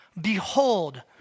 Behold